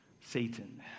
Satan